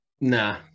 Nah